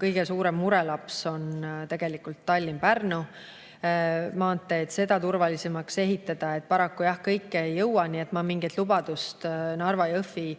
kõige suurem murelaps tegelikult Tallinna–Pärnu maantee, seda tuleb turvalisemaks ehitada. Paraku jah, kõike ei jõua. Nii et ma mingit lubadust Narva–Jõhvi